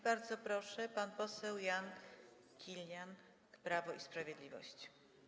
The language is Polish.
Bardzo proszę, pan poseł Jan Kilian, Prawo i Sprawiedliwość.